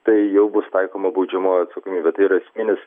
tai jau bus taikoma baudžiamoji atsakomybė tai yra esminis